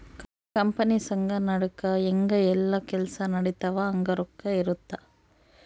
company ಸಂಘ ನಡುಕ ಹೆಂಗ ಯೆಲ್ಲ ಕೆಲ್ಸ ನಡಿತವ ಹಂಗ ರೊಕ್ಕ ಇರುತ್ತ